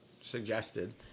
suggested